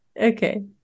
Okay